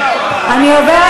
אנחנו עוברים